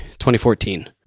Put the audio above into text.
2014